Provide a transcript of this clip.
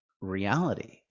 reality